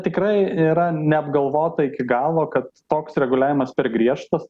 tikrai yra neapgalvota iki galo kad toks reguliavimas per griežtas